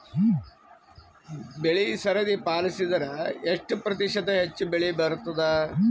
ಬೆಳಿ ಸರದಿ ಪಾಲಸಿದರ ಎಷ್ಟ ಪ್ರತಿಶತ ಹೆಚ್ಚ ಬೆಳಿ ಬರತದ?